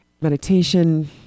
meditation